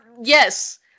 Yes